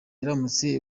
iramutse